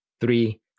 Three